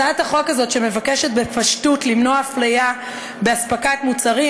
הצעת החוק הזאת מבקשת בפשטות למנוע אפליה באספקת מוצרים,